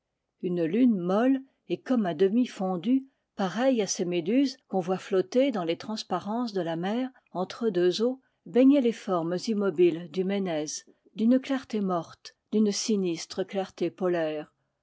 une lune molle et comme à demi fondue pareille à ces méduses qu'on voit flotter dans les transparences de la mer entre deux eaux baignait les formes immobiles du menez d'une clarté morte d'une sinistre clarté polaire